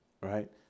Right